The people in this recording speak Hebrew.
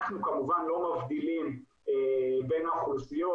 אנחנו כמובן לא מבדילים בין האוכלוסיות